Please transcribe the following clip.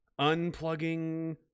unplugging